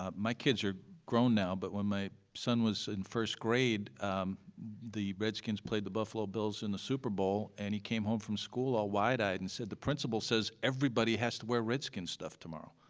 um my kids are grown now but when my son was in first grade the redskins played the buffalo bills in the super bowl and he came home from school all wide eyed and said the principal says everybody has to wear redskins stuff tomorrow.